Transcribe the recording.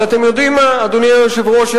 יום ארוך היום,